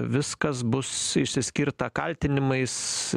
viskas bus išsiskirta kaltinimais